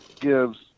gives